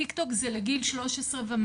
טיק טוק זה לגיל 13 ומעלה.